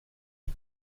are